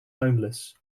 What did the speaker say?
homeless